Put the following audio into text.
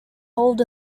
hold